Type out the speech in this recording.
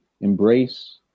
embrace